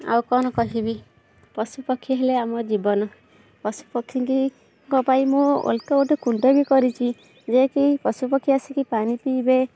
ଆଉ କ'ଣ କହିବି ପଶୁପକ୍ଷୀ ହେଲେ ଆମ ଜୀବନ ପଶୁପକ୍ଷୀଙ୍କି ଙ୍କ ପାଇଁ ମୁଁ ଅଲଗା ଗୋଟେ କୁଣ୍ଡ ବି କରିଚି ଯେ କି ପଶୁପକ୍ଷୀ ଆସିକି ପାଣି ପିଇବେ